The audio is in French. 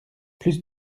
plus